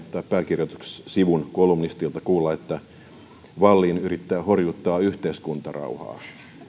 pääkirjoitussivun kolumnisti että wallin yrittää horjuttaa yhteiskuntarauhaa